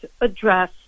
address